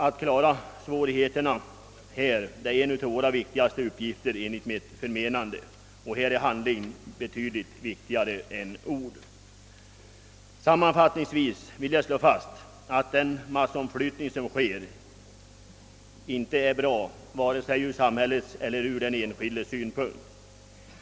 Att klara svårigheterna här är en av våra viktigaste uppgifter enligt mitt förmenande, och i detta fall är handling viktigare än ord. Sammanfattningsvis vill jag slå fast, att den massomflyttning som sker inte är bra vare sig ur samhällets eller ur den enskildes synpunkt.